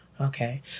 Okay